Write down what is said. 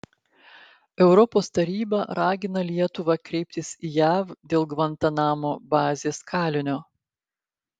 europos taryba ragina lietuvą kreiptis į jav dėl gvantanamo bazės kalinio